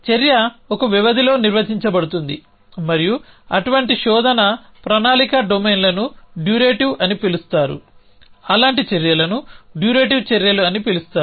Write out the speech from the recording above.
చర్య ఒక వ్యవధిలో నిర్వచించబడుతుంది మరియు అటువంటి శోధన ప్రణాళిక డొమైన్లను డ్యూరేటివ్ అని పిలుస్తారు అలాంటి చర్యలను డ్యూరేటివ్ చర్యలు అని పిలుస్తారు